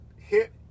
hit